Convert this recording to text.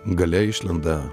gale išlenda